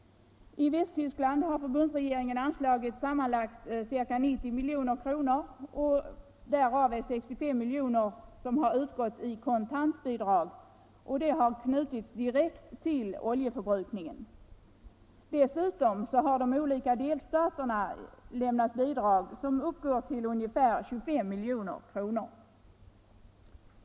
I Västtyskland har förbundsregeringen anslagit sammanlagt ca 90 milj.kr., varav 65 milj.kr. har utgått i kontantbidrag som har knutits direkt till oljeförbrukningen. Dessutom har de olika delstaterna lämnat bidrag som uppgår till ungefär 25 milj.kr.